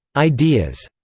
ideas,